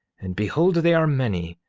and behold they are many,